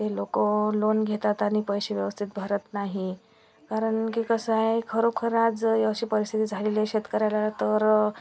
ते लोक लोन घेतात आणि पैसे व्यवस्थित भरत नाही कारण की कसं आहे खरोखर आज ही अशी परिस्थिती झालेली आहे शेतकऱ्याला तर